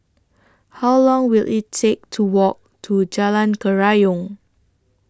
How Long Will IT Take to Walk to Jalan Kerayong